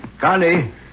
Connie